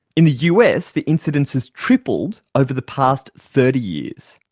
in the us the incidence has tripled over the past thirty years.